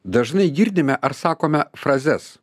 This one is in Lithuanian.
dažnai girdime ar sakome frazes